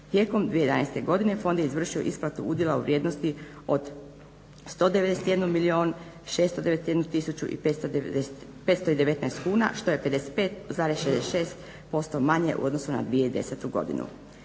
Tijekom 2011.godine fond je izvršio isplatu udjela u vrijednosti od 191 milijun 691 tisuću 519 kuna što je 55,66% manje u odnosu na 2010.godinu.